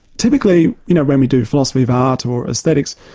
typically you know, when we do philosophy of art, or aesthetics,